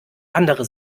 andere